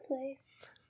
place